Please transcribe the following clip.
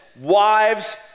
wives